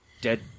dead